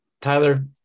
Tyler